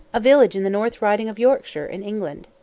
a village in the north riding of yorkshire, in england.